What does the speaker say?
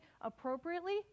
appropriately